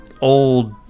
old